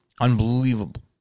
Unbelievable